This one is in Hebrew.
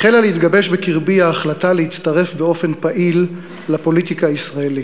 החלה להתגבש בקרבי ההחלטה להצטרף באופן פעיל לפוליטיקה הישראלית.